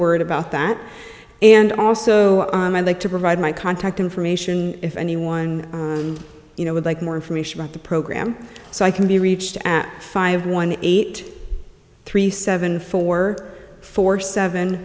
word about that and also i like to provide my contact information if anyone you know would like more information about the program so i can be reached at five one eight three seven four four seven